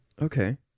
Okay